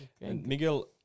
Miguel